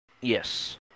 Yes